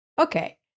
Okay